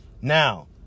Now